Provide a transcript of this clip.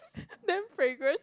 damn fragrant